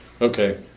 Okay